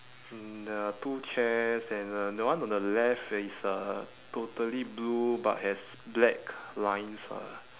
and there are two chairs and the the one on the left is uh totally blue but has black lines ah